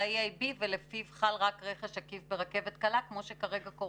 ה-EIB ולפיו חל רק רכש עקיף ברכבת קלה כמו שכרגע קורה.